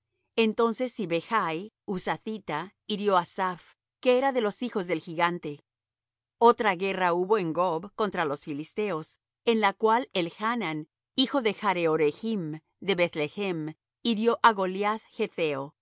entonces sibechi husathita hirió á saph que era de los hijos del gigante otra guerra hubo en gob contra los filisteos en la cual elhanan hijo de jaare oregim de beth-lehem hirió á goliath